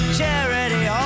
charity